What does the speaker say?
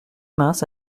mince